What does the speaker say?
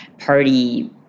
party